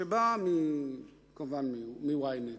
שבאה, כמובן, מ-Ynet: